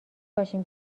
باشیم